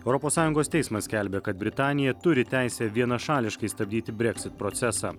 europos sąjungos teismas skelbia kad britanija turi teisę vienašališkai stabdyti breksit procesą